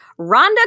Rhonda